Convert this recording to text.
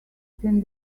can